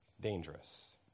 dangerous